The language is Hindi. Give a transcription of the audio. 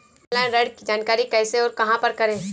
ऑनलाइन ऋण की जानकारी कैसे और कहां पर करें?